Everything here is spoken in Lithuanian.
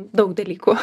daug dalykų